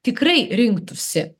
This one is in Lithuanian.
tikrai rinktųsi